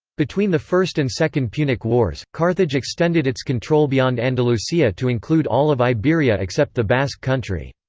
between the first and second punic wars, carthage extended its control beyond andalucia to include all of iberia except the basque country.